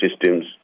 Systems